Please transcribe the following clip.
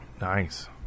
Nice